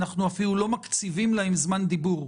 אנחנו אפילו לא מקציבים להם זמן דיבור,